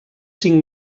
cinc